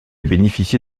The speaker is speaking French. bénéficié